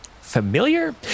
familiar